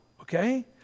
okay